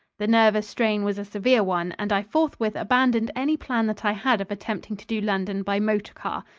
the nervous strain was a severe one and i forthwith abandoned any plan that i had of attempting to do london by motor car.